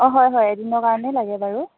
অ হয় হয় এদিনৰ কাৰণেই লাগে বাৰু